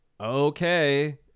okay